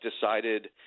decided